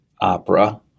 opera